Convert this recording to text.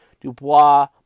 Dubois